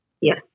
Yes